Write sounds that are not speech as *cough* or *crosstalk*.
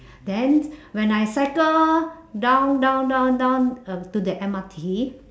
*breath* then when I cycle down down down down uh to the M_R_T